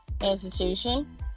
institution